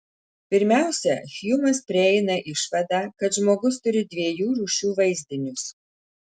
pirmiausia hjumas prieina išvadą kad žmogus turi dviejų rūšių vaizdinius